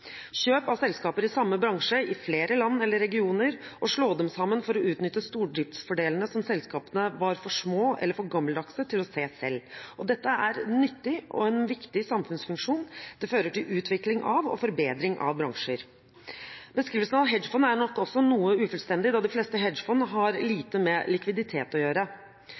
kjøp av selskaper i samme bransje i flere land eller regioner og å slå dem sammen for å utnytte stordriftsfordelene som selskapene var for små eller for gammeldagse til å se selv. Dette er en nyttig og viktig samfunnsfunksjon. Det fører til utvikling og forbedring av bransjer. Beskrivelsen av hedgefond er nok også noe ufullstendig siden de fleste hedgefond har lite med likviditet å gjøre.